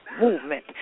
Movement